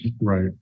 right